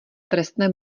trestné